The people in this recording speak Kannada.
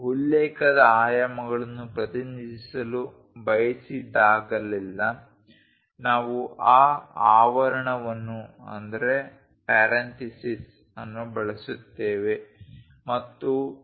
ನಾವು ಉಲ್ಲೇಖದ ಆಯಾಮಗಳನ್ನು ಪ್ರತಿನಿಧಿಸಲು ಬಯಸಿದಾಗಲೆಲ್ಲಾ ನಾವು ಆ ಆವರಣವನ್ನು ಬಳಸುತ್ತೇವೆ ಮತ್ತು 2